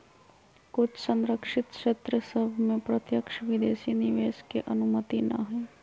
कुछ सँरक्षित क्षेत्र सभ में प्रत्यक्ष विदेशी निवेश के अनुमति न हइ